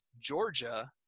Georgia